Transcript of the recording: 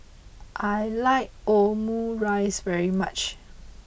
I like Omurice very much